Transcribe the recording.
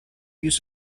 use